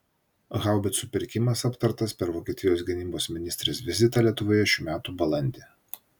haubicų pirkimas aptartas per vokietijos gynybos ministrės vizitą lietuvoje šių metų balandį